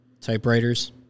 Typewriters